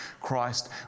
Christ